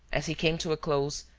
as he came to a close,